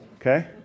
Okay